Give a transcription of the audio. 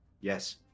Yes